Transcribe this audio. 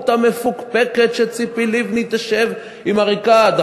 המפוקפקת שציפי לבני תשב עם עריקאת.